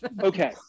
Okay